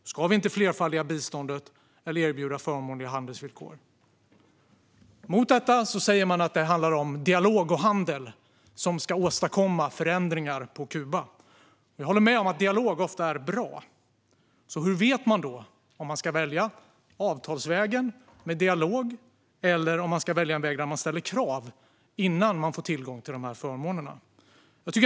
Då ska vi inte flerfaldiga biståndet eller erbjuda förmånliga handelsvillkor. Mot detta säger man att det handlar om dialog och handel som ska åstadkomma förändringar på Kuba. Jag håller med om att dialog ofta är bra. Så hur vet man då om man ska välja avtalsvägen med dialog eller vägen där man ställer krav innan man ger tillgång till förmånerna?